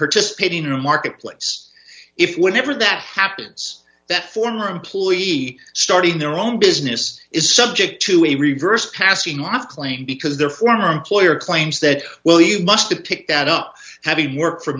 participating in the marketplace if whenever that happens that former employee starting their own business is subject to a reverse casting off claim because their former employer claims that well you must to pick that up having worked for